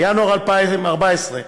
בינואר 2014,